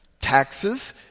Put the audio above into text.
taxes